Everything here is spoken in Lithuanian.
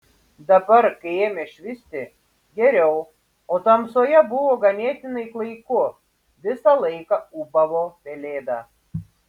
dabar kai ėmė švisti geriau o tamsoje buvo ganėtinai klaiku visą laiką ūbavo pelėda